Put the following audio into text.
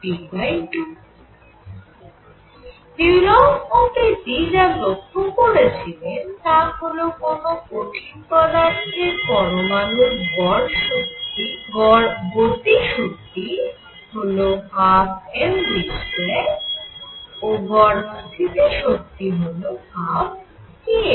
Dulong ও Petit যা লক্ষ্য করেছিলেন তা হল কোন কঠিন পদার্থের পরমাণুর গড় গতি শক্তি হল 12mv2 ও গড় স্থিতি শক্তি হল 12kx2